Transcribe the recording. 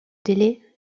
délai